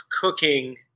cooking